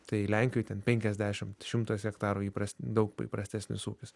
tai lenkijoj ten penkiasdešimt šimtas hektarų įpras daug įprastesnis ūkis